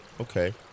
okay